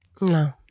no